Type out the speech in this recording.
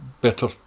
better